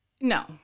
No